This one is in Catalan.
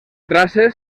traces